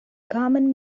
common